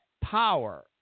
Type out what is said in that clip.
power